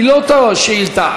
היא לא אותה שאילתה.